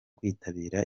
kwitabira